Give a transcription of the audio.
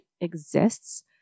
exists